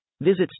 Visit